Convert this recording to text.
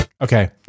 Okay